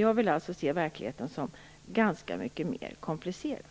Jag vill se verkligheten som mycket mer komplicerad än så.